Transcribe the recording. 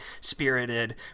spirited